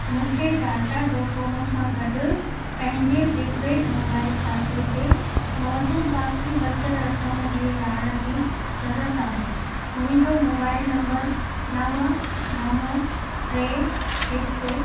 मूंखे टाटा डॉकोमो सां गॾु पंहिंजे प्रीपेड मोबाइल खाते ते मौजूदु बाक़ी बचियलु रक़म जे ॼाण जी ज़रूरत आहे मुंहिंजो मोबाइल नम्बर नव नव टे हिकु